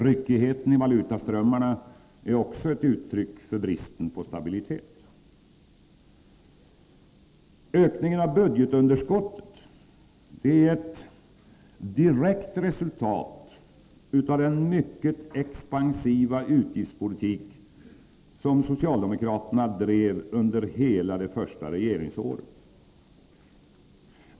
Ryckigheten i valutaströmmarna är också ett uttryck för bristen på stabilitet. Ökningen av budgetunderskottet är ett direkt resultat av den mycket expansiva utgiftspolitik som socialdemokraterna drev under hela det första regeringsåret.